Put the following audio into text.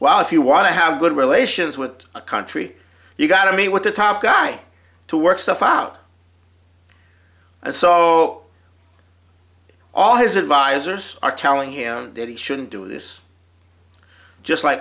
while if you want to have good relations with a country you've got to meet with the top guy to work stuff out and so all his advisors are telling him that he shouldn't do this just like